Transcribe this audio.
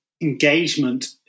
engagement